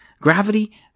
Gravity